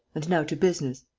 and now to business.